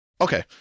okay